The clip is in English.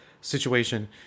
situation